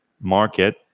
market